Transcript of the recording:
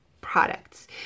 products